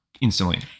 instantly